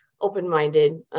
open-minded